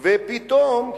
ופתאום,